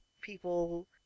people